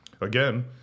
again